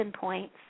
points